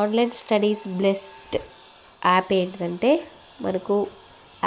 online studies best app ఏంటంటే మనకు